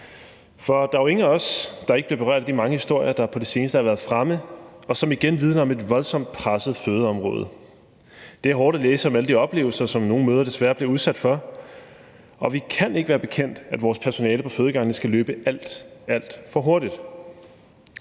For der er jo ingen af os, der ikke bliver berørt af de mange historier, der på det seneste har været fremme, og som igen vidner om et voldsomt presset fødeområde. Det er hårdt at læse om alle de oplevelser, som nogle mødre desværre bliver udsat for, og vi kan ikke være bekendt, at vores personale på fødegangene skal løbe alt, alt for hurtigt.